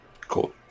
cool